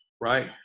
right